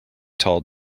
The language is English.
tall